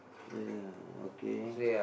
uh okay